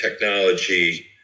technology